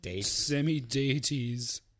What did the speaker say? semi-deities